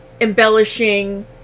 embellishing